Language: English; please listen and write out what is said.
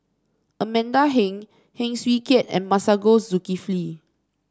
Amanda Heng Heng Swee Keat and Masagos Zulkifli